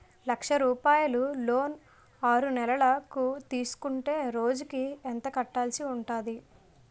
లక్ష రూపాయలు లోన్ ఆరునెలల కు తీసుకుంటే రోజుకి ఎంత కట్టాల్సి ఉంటాది?